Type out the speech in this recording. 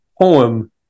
poem